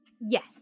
Yes